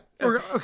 Okay